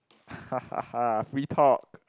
ha ha ha free talk